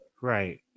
right